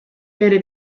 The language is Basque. bere